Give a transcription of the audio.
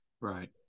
Right